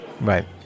Right